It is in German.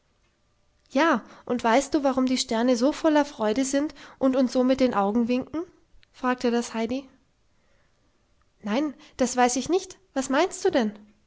ja und weißt du warum die sterne so voller freude sind und uns so mit den augen winken fragte das heidi nein das weiß ich nicht was meinst du denn